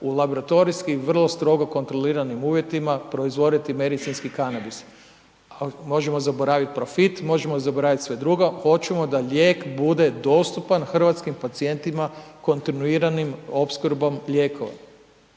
u laboratorijski vrlo strogo kontroliranim uvjetima proizvoditi medicinski kanabis. A možemo zaboraviti profit, možemo zaboravit sve drugo, hoćemo da lijek bude dostupan hrvatskim pacijentima kontinuiranom opskrbom lijekova.